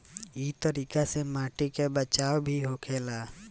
इ तरीका से माटी के बचाव भी होला